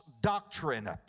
doctrine